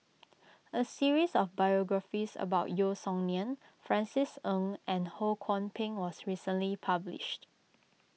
a series of biographies about Yeo Song Nian Francis Ng and Ho Kwon Ping was recently published